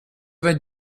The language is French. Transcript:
vingt